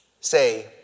Say